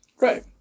Right